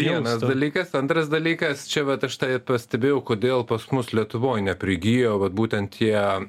vienas dalykas antras dalykas čia vat aš tą ir pastebėjau kodėl pas mus lietuvoj neprigijo va būtent tie